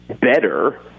better